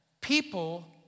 people